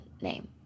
name